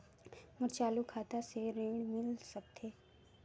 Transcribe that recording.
मोर चालू खाता से ऋण मिल सकथे?